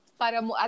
para